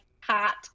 hot